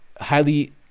highly